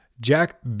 Jack